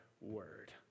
word